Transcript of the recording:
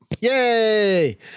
Yay